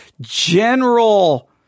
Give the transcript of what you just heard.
general